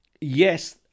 yes